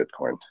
Bitcoin